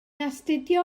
astudio